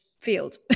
field